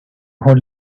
hold